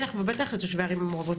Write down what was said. ובטח ובטח לתושבי הערים המעורבות.